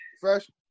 fresh